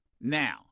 Now